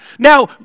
Now